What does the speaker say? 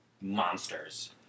monsters